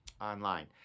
online